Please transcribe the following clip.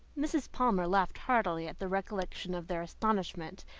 mrs. palmer laughed heartily at the recollection of their astonishment,